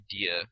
idea